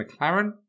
McLaren